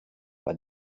pas